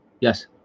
Yes